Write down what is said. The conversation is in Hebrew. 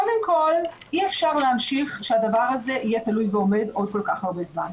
קודם כל אי אפשר להמשיך שהדבר הזה יהיה תלוי ועומד עוד כל כך הרבה זמן.